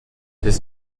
his